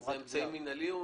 זה אמצעי מינהלי?